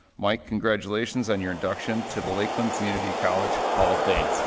mike, congratulations on your induction to the lakeland community college hall of fame.